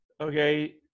okay